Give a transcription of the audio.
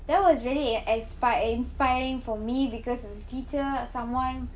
that was really a expi~ inspiring for me because as a teacher someone